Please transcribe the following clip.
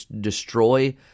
destroy